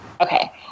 Okay